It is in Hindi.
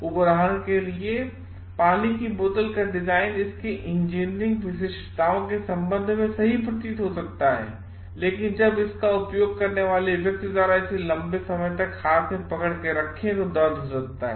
उदाहरण के लिए पानी की बोतल का डिज़ाइन इसके इंजीनियरिंग विशिष्टताओं के संबंध में सही प्रतीत हो सकता है इसलिए जब इसका उपयोग करने वाले व्यक्ति द्वारा इसे लम्बे समय तक हाथ में पकड़ के रखे तो दर्द हो सकता है